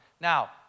Now